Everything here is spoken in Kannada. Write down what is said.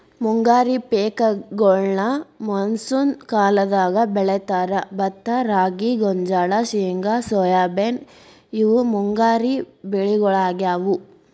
ಮುಂಗಾರಿ ಪೇಕಗೋಳ್ನ ಮಾನ್ಸೂನ್ ಕಾಲದಾಗ ಬೆಳೇತಾರ, ಭತ್ತ ರಾಗಿ, ಗೋಂಜಾಳ, ಶೇಂಗಾ ಸೋಯಾಬೇನ್ ಇವು ಮುಂಗಾರಿ ಬೆಳಿಗೊಳಾಗ್ಯಾವು